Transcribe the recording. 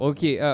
Okay